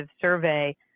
survey